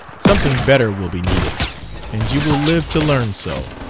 something better will be needed and you will live to learn so.